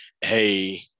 Hey